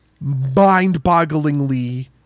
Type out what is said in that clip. mind-bogglingly